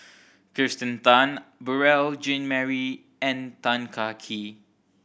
Kirsten Tan Beurel Jean Marie and Tan Kah Kee